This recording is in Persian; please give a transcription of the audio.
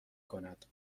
کند